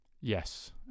yes